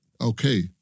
Okay